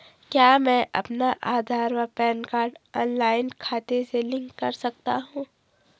क्या मैं अपना आधार व पैन कार्ड ऑनलाइन खाते से लिंक कर सकता हूँ?